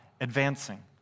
advancing